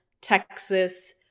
Texas